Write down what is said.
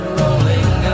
rolling